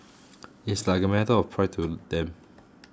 it's like a matter of pride to them